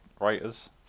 writers